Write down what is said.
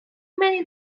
many